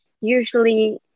usually